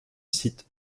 site